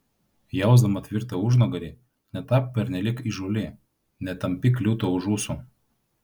jausdama tvirtą užnugarį netapk pernelyg įžūli netampyk liūto už ūsų